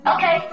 Okay